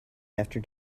after